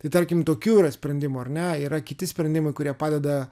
tai tarkim tokių yra sprendimų ar ne yra kiti sprendimai kurie padeda